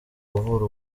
uvura